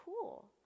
cool